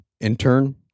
intern